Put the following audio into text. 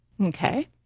Okay